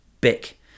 BIC